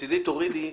מצדי, תורידי.